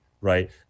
right